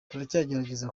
turacyagerageza